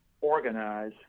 organize